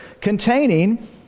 containing